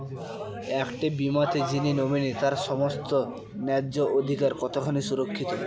একটি বীমাতে যিনি নমিনি তার সমস্ত ন্যায্য অধিকার কতখানি সুরক্ষিত?